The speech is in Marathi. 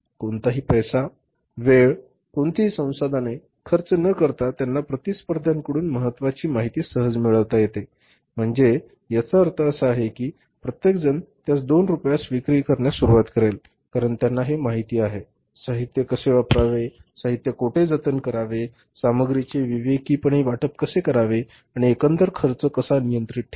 कोणताही पैसा वेळ कोणतीही संसाधने खर्च न करता त्यांना प्रतिस्पर्ध्यांकडून महत्वाची माहिती सहज मिळवता येते म्हणजे याचा अर्थ असा आहे की प्रत्येकजण त्यास 2 रुपयांना विक्री करण्यास सुरुवात करेल कारण त्यांना हे माहित आहे साहित्य कसे वापरावे साहित्य कोठे जतन करावे सामग्रीचे विवेकीपणे वाटप कसे करावे आणि एकंदर खर्च कसा नियंत्रित ठेवावा